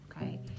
okay